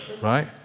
Right